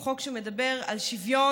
הוא חוק שמדבר על שוויון